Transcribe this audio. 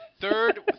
third